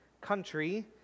country